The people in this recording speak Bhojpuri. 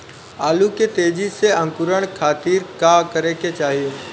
आलू के तेजी से अंकूरण खातीर का करे के चाही?